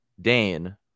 Dane